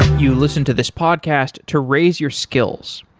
you listen to this podcast to raise your skills.